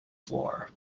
floor